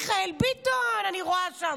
את מיכאל ביטון אני רואה שם,